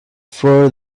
for